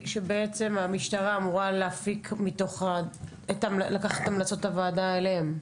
והמשטרה אמורה לקחת את המלצות הוועדה אליהם?